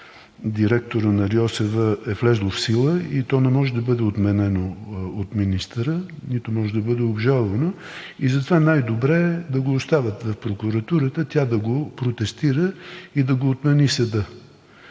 директора на РИОСВ е влязло в сила и то не може да бъде отменено от министъра, нито може да бъде обжалвано. И затова най-добре е да го оставят на прокуратурата да го протестира и да го отмени съдът.